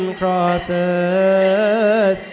crosses